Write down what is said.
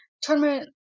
tournament